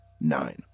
Nine